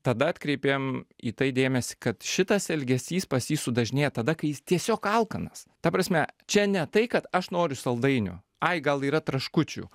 tada atkreipėm į tai dėmesį kad šitas elgesys pas jį sudažnėja tada kai jis tiesiog alkanas ta prasme čia ne tai kad aš noriu saldainių ai gal yra traškučių